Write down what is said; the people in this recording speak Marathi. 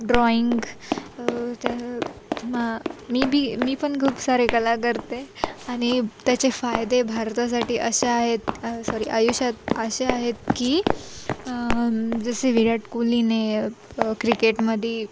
ड्रॉईंग त्या म मी बी मी पण खूप सारे कला करते आणि त्याचे फायदे भारतासाठी असे आहेत सॉरी आयुष्यात असे आहेत की जसे विराट कोहलीने क्रिकेटमध्ये